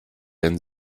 ein